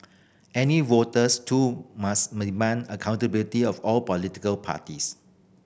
any voters too must accountability of all political parties